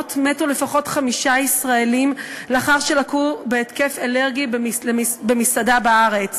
האחרונות מתו לפחות חמישה ישראלים לאחר שלקו בהתקף אלרגי במסעדה בארץ